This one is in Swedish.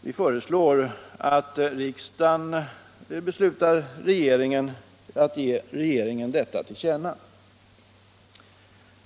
Vi föreslår att riksdagen beslutar att ge regeringen detta till känna.